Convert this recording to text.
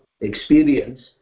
experience